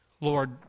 Lord